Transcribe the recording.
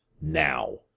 now